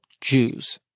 Jews